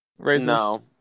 No